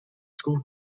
school